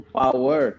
power